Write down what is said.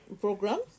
program